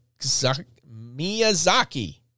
miyazaki